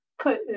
put